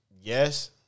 Yes